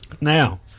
Now